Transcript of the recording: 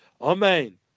Amen